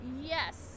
yes